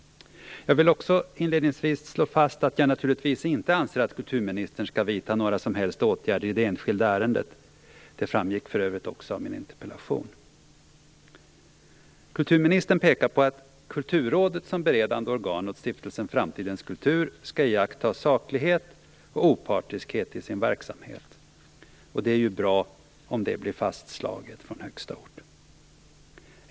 Jag vill också inledningsvis slå fast att jag naturligtvis inte anser att kulturministern skall vidta några som helst åtgärder i enskilda ärenden. Det framgick för övrigt också av min interpellation. Kulturministern pekar på att Kulturrådet som beredande organ för Stiftelsen Framtidens kultur skall iaktta saklighet och opartiskhet i sin verksamhet. Det är ju bra om det blir fastslaget från högsta ort.